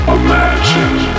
imagine